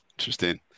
Interesting